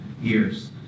years